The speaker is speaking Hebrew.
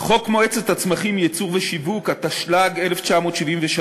חוק מועצת הצמחים (ייצור ושיווק), התשל"ג 1973,